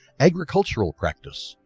agricultural practice,